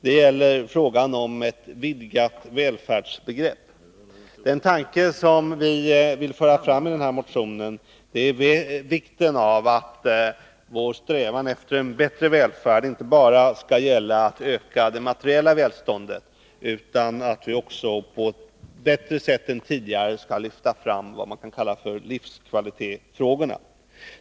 Det gäller frågan om ett utvidgat välfärdsbegrepp. Den tanke som vi för fram i motionen är att vår strävan efter en bättre välfärd inte bara skall gälla det ökade materiella välståndet utan att vi på ett bättre sätt än tidigare skall lyfta fram vad man kan kalla för livskvalitetsfrågor.